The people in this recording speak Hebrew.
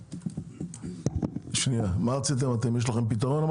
יש לכם פתרון?